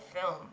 film